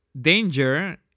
danger